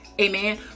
Amen